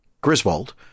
Griswold